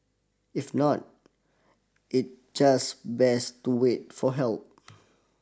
if not it just best to wait for help